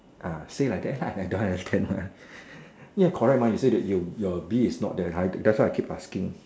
uh say like that ah I don't understand ah ya correct mah you say that you your bee is not there that's why I keep asking